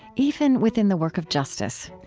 even within the work of justice.